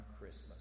Christmas